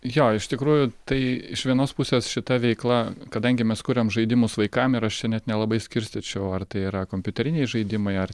jo iš tikrųjų tai iš vienos pusės šita veikla kadangi mes kuriam žaidimus vaikam ir aš čia net nelabai skirstyčiau ar tai yra kompiuteriniai žaidimai ar